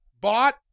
Bought